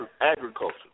agriculture